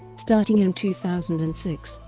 starting in two thousand and six,